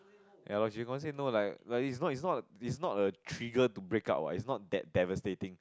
ya lor she confirm say no like like it's not it's not it's not a trigger to break up what it's not that devastating